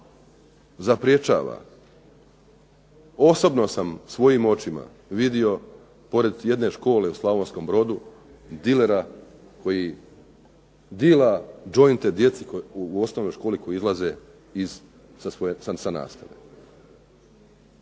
zapriječava, osobno sam svojim očima vidio pored jedne škole u Slavonskom Brodu dilera koji dila jointe djeci u osnovnoj školi koja odlaze sa nastave.